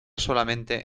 solamente